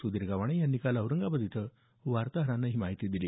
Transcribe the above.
सुधीर गव्हाणे यांनी काल औरंगाबाद इथं वार्ताहरांशी बोलतांना ही माहिती दिली